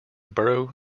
burrow